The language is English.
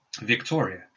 Victoria